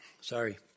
sorry